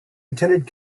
attended